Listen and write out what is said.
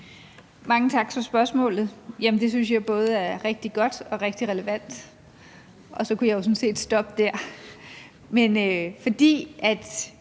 Mange tak for spørgsmålet. Det synes jeg både er rigtig godt og rigtig relevant, og så kunne jeg jo sådan set stoppe der. Men fordi vi